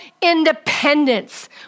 independence